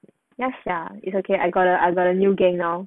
ya sia it's okay I got a I got a new gang now